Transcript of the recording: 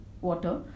water